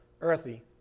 earthy